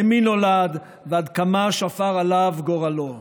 למי נולד ועד כמה שפר עליו גורלו.